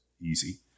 easy